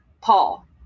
Paul